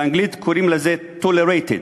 באנגלית קוראים לזה tolerated.